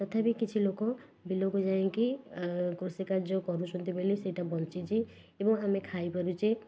ତଥାପି କିଛି ଲୋକ ବିଲକୁ ଯାଇକି କୃଷି କାର୍ଯ୍ୟ କରୁଛନ୍ତି ବୋଲି ସେଇଟା ବଞ୍ଚିଛି ଏବଂ ଆମେ ଖାଉପାରୁଛେ